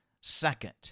second